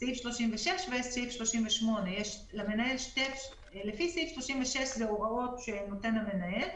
סעיף 36 ואת סעיף 38. סעיף 36 זה הוראות שנותן המנהל,